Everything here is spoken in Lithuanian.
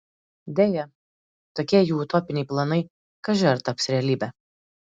deja tokie jų utopiniai planai kaži ar taps realybe